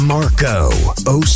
Marco